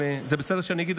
זה בסדר שאני אגיד,